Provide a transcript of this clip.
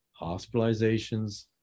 hospitalizations